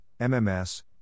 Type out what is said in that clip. MMS